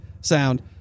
sound